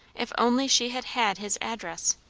if only she had had his address.